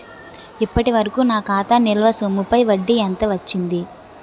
ఇప్పటి వరకూ నా ఖాతా నిల్వ సొమ్ముపై వడ్డీ ఎంత వచ్చింది?